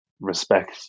respect